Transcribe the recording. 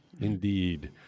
indeed